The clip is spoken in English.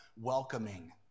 welcoming